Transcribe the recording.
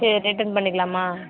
சரி ரிட்டன் பண்ணிக்கிலாமா